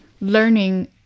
learning